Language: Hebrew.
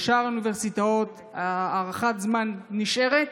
בשאר האוניברסיטאות הארכת הזמן נשארת.